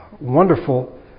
wonderful